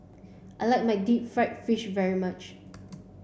I like my deep fried fish very much